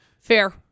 Fair